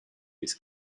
his